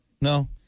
No